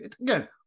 again